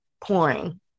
pouring